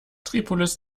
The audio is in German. tripolis